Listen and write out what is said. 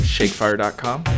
ShakeFire.com